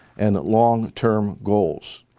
and long term goals,